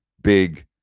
big